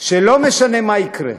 שלא משנה מה יקרה,